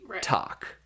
talk